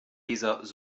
dieses